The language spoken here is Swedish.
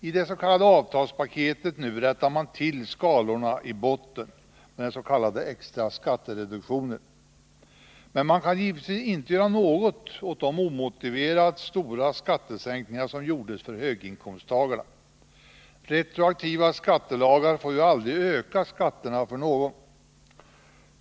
I det s.k. avtalspaketet nu rättar man till skalorna i botten, men man kan givetvis inte göra något åt de omotiverat stora skattesänkningar som gjordes för höginkomsttagarna. Retroaktiva skattelagar får ju aldrig öka skatterna för någon.